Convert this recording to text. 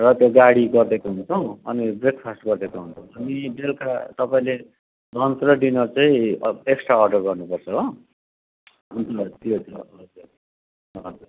र त्यो गाडी गरिदिएको हुन्छौँ अनि ब्रेक फास्ट गरिदिएको हुन्छौँ कि बेलुका तपाईँले लन्च र डिनर चाहिँ एक्सट्रा अडर्र गर्नु पर्छ हो हजुर त्यो त्यो हजुर